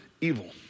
evil